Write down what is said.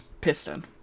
Piston